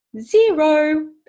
zero